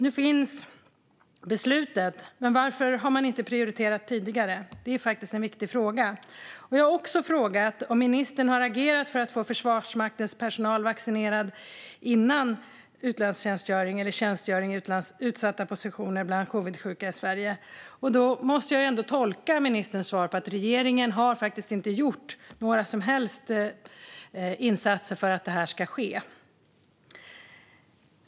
Nu finns beslutet. Men varför har man inte prioriterat det tidigare? Det är faktiskt en viktig fråga. Jag har också frågat om ministern har agerat för att få Försvarsmaktens personal vaccinerad innan utlandstjänstgöring eller tjänstgöring i utsatta positioner bland covidsjuka i Sverige. Då måste jag ändå tolka ministerns svar som att regeringen inte har gjort några som helst insatser för att det ska ske.